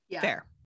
Fair